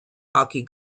hockey